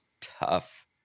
tough